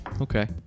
Okay